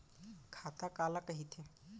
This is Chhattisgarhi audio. खाता काला कहिथे?